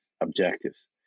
objectives